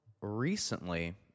recently